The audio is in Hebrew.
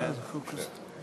הודעות בלי הצבעה.